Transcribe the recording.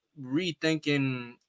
rethinking